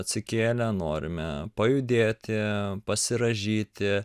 atsikėlę norime pajudėti pasirąžyti